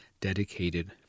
dedicated